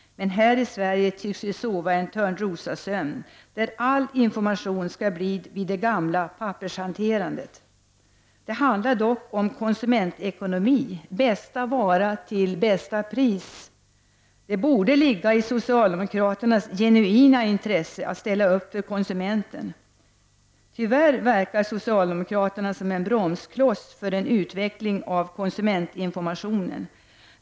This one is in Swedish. Här i Sverige tycks vi dock sova en törnrosasömn, där all information skall ske via det gamla pappershanterandet. Det handlar dock om konsumentekonomi — bästa vara till bästa pris. Det borde ligga i socialdemokraternas genuina intresse att ställa upp för konsumenten. Tyvärr verkar socialdemokraterna som en bromskloss för en utveckling av konsumentinformationen.